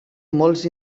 molts